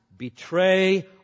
Betray